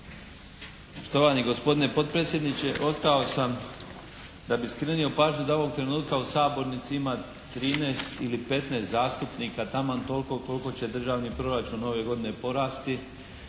Štovani gospodine potpredsjedniče, ostao sam da bih skrenuo pažnju da ovog trenutka u sabornici ima 13 ili 15 zastupnika, taman toliko koliko će državni proračun ove godine porasti.